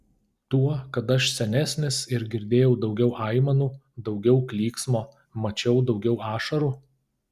tuo kad aš senesnis ir girdėjau daugiau aimanų daugiau klyksmo mačiau daugiau ašarų